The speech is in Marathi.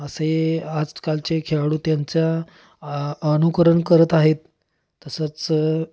असे आजकालचे खेळाडू त्यांच्या अनुकरण करत आहेत तसंच